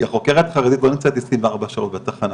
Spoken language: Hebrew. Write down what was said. כי חוקרת חרדית לא נמצאת 24 שעות בתחנה